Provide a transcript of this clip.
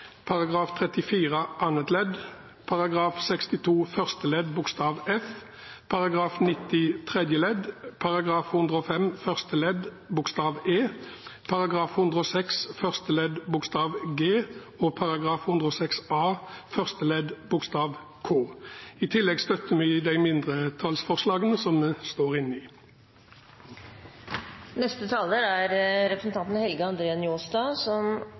34 andre ledd, § 62 første ledd bokstav f, § 90 tredje ledd, § 105 første ledd bokstav e, § 106 første ledd bokstav g og § 106 a første ledd bokstav k. I tillegg støtter vi de mindretallsforslagene som vi er med på. Det er mykje som no blir sagt om Framstegspartiet som